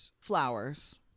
flowers